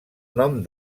nom